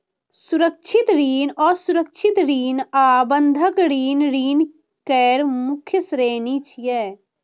सुरक्षित ऋण, असुरक्षित ऋण आ बंधक ऋण ऋण केर मुख्य श्रेणी छियै